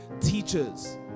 teachers